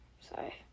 Sorry